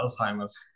alzheimer's